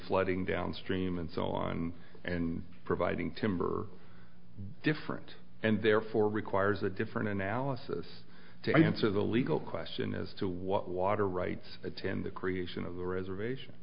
flooding downstream and so on and providing timber different and therefore requires a different analysis to answer the legal question as to what water rights attend the creation of the reservation